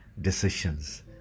decisions